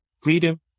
Freedom